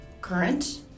current